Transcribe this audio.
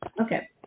Okay